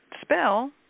spell